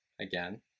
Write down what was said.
again